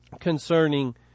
concerning